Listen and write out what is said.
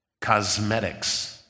cosmetics